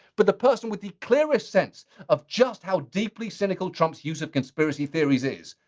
but the person with the clearest sense of just how deeply cynical trump's use of conspiracy theories is,